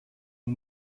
nur